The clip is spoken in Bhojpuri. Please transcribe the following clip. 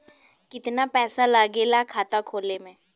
कितना पैसा लागेला खाता खोले में?